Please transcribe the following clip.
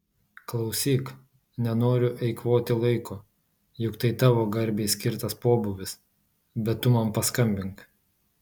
klausyk nenoriu eikvoti laiko juk tai tavo garbei skirtas pobūvis bet tu man paskambink